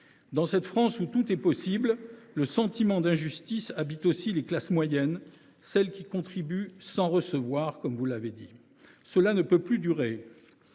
Dans cette France où « tout est possible », le sentiment d’injustice habite aussi les classes moyennes, celles qui contribuent sans recevoir – vous l’avez vous même relevé. Cela ne peut plus durer